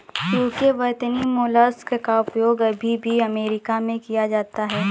UK वर्तनी mollusc का उपयोग अभी भी अमेरिका में किया जाता है